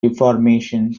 reformation